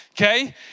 Okay